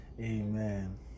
Amen